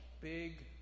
big